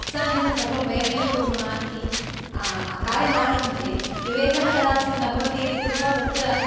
उत्साहेन सर्वं वयमेव कूर्मः इति कार्यम् आरभन्ते विवेकः कदाचित् न भवति कृत्वा तत्र